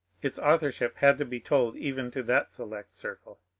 its authorship had to be told even to that select circle.